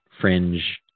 fringe